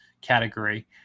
category